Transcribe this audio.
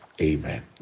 Amen